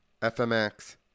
FMX